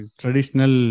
traditional